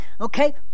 Okay